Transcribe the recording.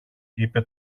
είπε